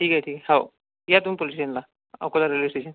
ठीक आहे ठीक आहे हो या तुम्ही पोलीस स्टेशनला अकोला रेल्वे स्टेशन